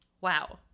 Wow